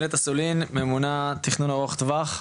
אילת אסולין ממונה תכנון ארוך טווח.